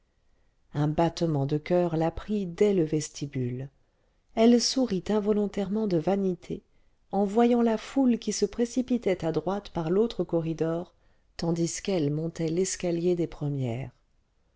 un battement de coeur la prit dès le vestibule elle sourit involontairement de vanité en voyant la foule qui se précipitait à droite par l'autre corridor tandis qu'elle montait l'escalier des premières